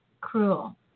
cruel